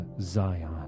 Zion